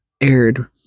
aired